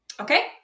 Okay